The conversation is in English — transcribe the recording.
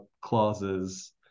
clauses